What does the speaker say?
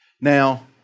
Now